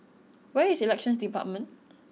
where is Elections Department